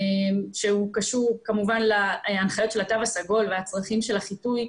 שהוא קשור כמובן להנחיות של התו הסגול והצרכים של החיטוי,